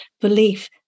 belief